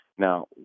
Now